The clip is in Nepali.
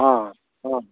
अँ अँ